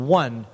one